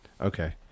Okay